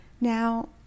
Now